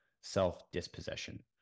self-dispossession